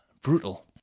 Brutal